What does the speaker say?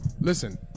Listen